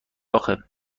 آخه